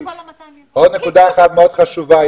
עוד נקודה אחת מאוד חשובה.